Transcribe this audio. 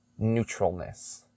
neutralness